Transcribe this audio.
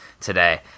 today